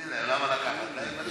תני להם, למה לקחת להם?